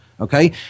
Okay